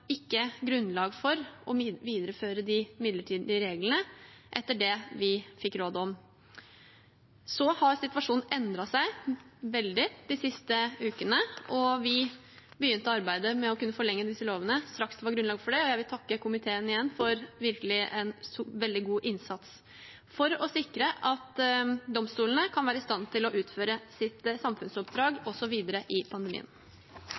ikke grunnlag for å videreføre de midlertidige reglene, etter det vi fikk råd om. Så har situasjonen endret seg veldig de siste ukene, og vi begynte arbeidet med å kunne forlenge disse lovene straks det var grunnlag for det. Jeg vil takke komiteen igjen for virkelig en veldig god innsats for å sikre at domstolene kan være i stand til å utføre sitt samfunnsoppdrag også videre i pandemien.